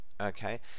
okay